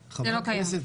פה.